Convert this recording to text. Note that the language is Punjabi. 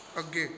ਅੱਗੇ